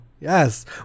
Yes